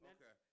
Okay